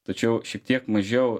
tačiau šiek tiek mažiau